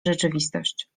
rzeczywistość